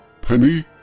Penny